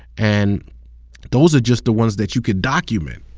and those are just the ones that you could document.